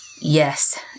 Yes